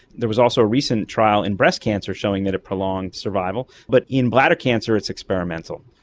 there was also a recent trial in breast cancer showing that it prolonged survival, but in bladder cancer it's experimental.